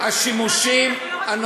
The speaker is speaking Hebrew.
קריאות ביניים זה שאלות רטוריות.